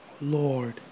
Lord